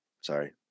Sorry